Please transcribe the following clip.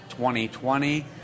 2020